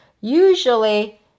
usually